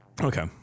Okay